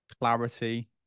clarity